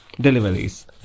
deliveries